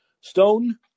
Stone